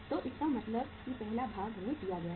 तो इसका मतलब है कि पहला भाग हमें दिया गया है